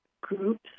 groups